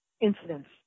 incidents